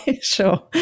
Sure